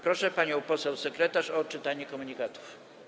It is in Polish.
Proszę panią poseł sekretarz o odczytanie komunikatów.